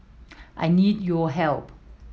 I need your help